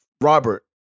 Robert